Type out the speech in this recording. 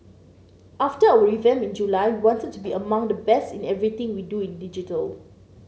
after our revamp in July we wanted to be among the best in everything we do in digital